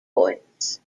points